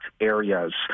areas